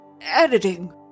Editing